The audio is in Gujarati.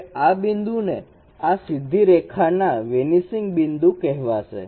હવે આ બિંદુ ને આ સીધી રેખાના વેનીસિંગ બિંદુ કહેવાશે